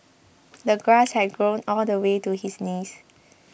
the grass had grown all the way to his knees